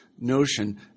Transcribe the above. notion